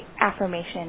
affirmation